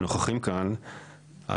שנוכחים כאן,